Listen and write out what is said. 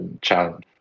challenge